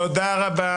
תודה רבה.